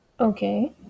Okay